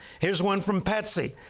here's one from patsy,